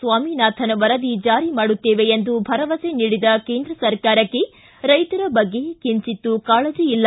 ಸ್ವಾಮಿನಾಥನ್ ವರದಿ ಜಾರಿ ಮಾಡುತ್ತೇವೆ ಎಂದು ಭರವಸೆ ನೀಡಿದ ಕೇಂದ್ರ ಸರ್ಕಾರಕ್ಕೆ ರೈತರ ಬಗ್ಗೆ ಕಿಂಚಿತ್ತೂ ಕಾಳಜಿಯಿಲ್ಲ